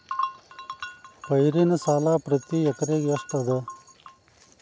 ಪೈರಿನ ಸಾಲಾ ಪ್ರತಿ ಎಕರೆಗೆ ಎಷ್ಟ ಅದ?